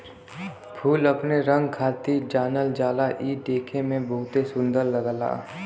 फूल अपने रंग खातिर जानल जाला इ देखे में बहुते सुंदर लगला